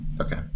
okay